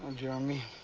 and jeremy.